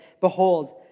Behold